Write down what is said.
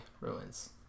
ruins